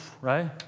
right